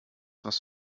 was